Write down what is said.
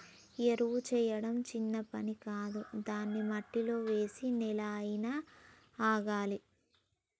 ఎరువు చేయడం చిన్న పని కాదు దాన్ని మట్టిలో వేసి నెల అయినా ఆగాలి